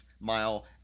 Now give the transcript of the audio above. mile